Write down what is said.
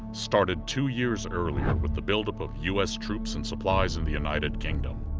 started two years earlier with the buildup of u s. troops and supplies in the united kingdom.